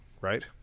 right